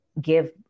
give